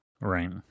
Right